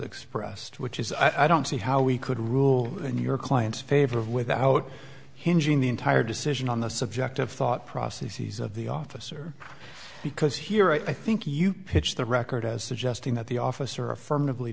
expressed which is i don't see how we could rule in your client's favor of without injuring the entire decision on the subject of thought processes of the officer because here i think you pitch the record as suggesting that the officer affirmative